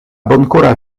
bonkora